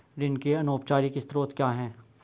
ऋण के अनौपचारिक स्रोत क्या हैं?